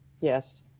Yes